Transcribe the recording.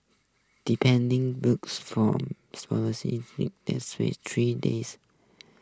depending books from evening that's face tree days